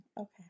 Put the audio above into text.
okay